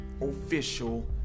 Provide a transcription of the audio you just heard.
official